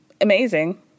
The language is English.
amazing